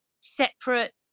separate